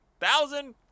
thousand